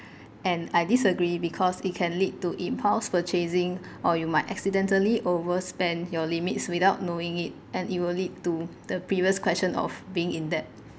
and I disagree because it can lead to impulse purchasing or you might accidentally overspend your limits without knowing it and it will lead to the previous question of being in debt